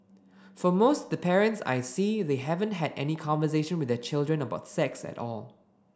for most the parents I see they haven't had any conversation with their children about sex at all